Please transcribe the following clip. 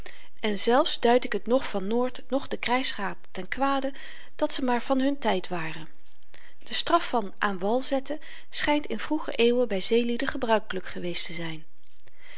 en zelfs duid ik het noch van noort noch den krygsraad ten kwade dat ze maar van hun tyd waren de straf van aan wal zetten schynt in vroeger eeuwen by zeelieden gebruikelyk geweest te zyn